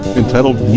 entitled